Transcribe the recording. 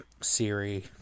Siri